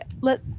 let